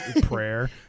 prayer